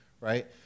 right